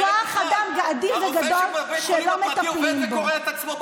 כוח אדם אדיר וגדול שלא מטפלים בו.